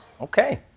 okay